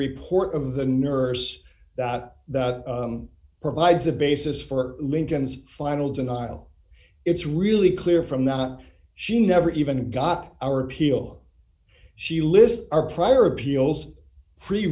report of the nurse that that provides the basis for lincoln's final denial it's really clear from not she never even got our peel she lists our prior appeals pre